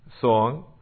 song